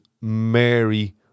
Mary